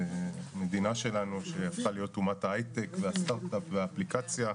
במדינה שלנו שהפכה להיות אומת הייטק וסטרטאפ ואפליקציה.